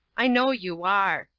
i know you are.